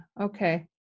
okay